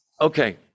Okay